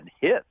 hits